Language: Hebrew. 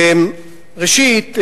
ראשית,